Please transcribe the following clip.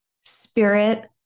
Spirit